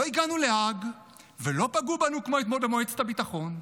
הגענו להאג ולא פגעו בנו כמו אתמול במועצת הביטחון.